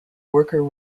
worker